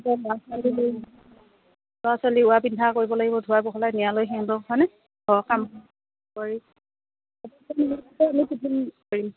ল'ৰা ছোৱালী লৈ ল'ৰা ছোৱালীক উৰা পিন্ধা কৰিব লাগিব ধুৱাই পখলাই নিয়া লৈকে সিহঁতক হয়নে ঘৰৰ কাম কৰি